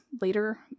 later